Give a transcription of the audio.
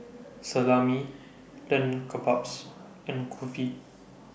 Salami Lamb Kebabs and Kulfi